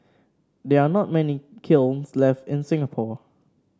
there are not many kilns left in Singapore